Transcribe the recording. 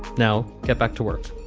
now get back to work